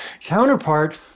counterpart